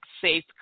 safe